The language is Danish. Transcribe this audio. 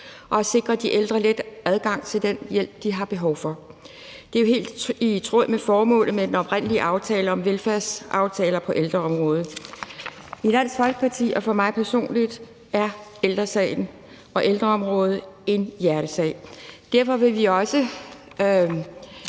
og sikre de ældre en let adgang til den hjælp, de har behov for. Det er jo helt i tråd med formålet med den oprindelige aftale om velfærdsaftaler på ældreområdet. I Dansk Folkeparti og for mig personligt er ældresagen og ældreområdet en hjertesag. Derfor vil vi